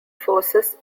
forces